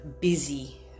busy